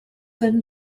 than